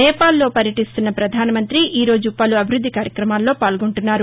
నేపాల్లో పర్యటిస్తున్న ప్రధానమంతి ఈ రోజు పలు అభివృద్ది కార్యక్రమాల్లో పాల్గొంటున్నారు